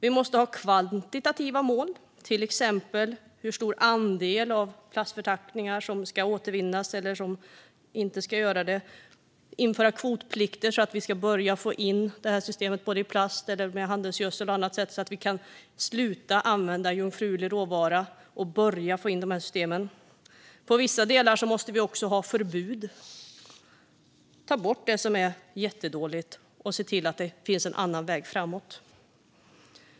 Vi måste ha kvantitativa mål, till exempel för hur stor andel av plastförpackningar som ska återvinnas eller som inte ska återvinnas. Vi behöver införa kvotplikter så att vi kan börja få in det här systemet - det gäller plast, handelsgödsel och annat. Då kan vi sluta använda jungfrulig råvara och börja få in de här systemen. I vissa delar måste vi ha förbud. Vi måste ta bort det som är jättedåligt och se till att det finns en annan väg framåt.